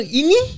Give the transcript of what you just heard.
ini